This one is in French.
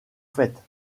fêtes